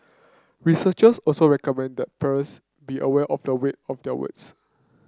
researchers also recommend that parents be aware of the weight of their words